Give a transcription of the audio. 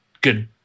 good